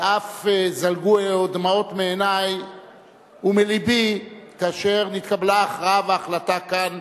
ואף זלגו דמעות מעיני ומלבי כאשר נתקבלה ההכרעה וההחלטה כאן,